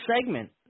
segment